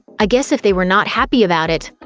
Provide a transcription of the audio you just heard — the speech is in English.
i guess if they were not happy about it,